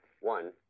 One